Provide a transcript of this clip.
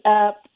up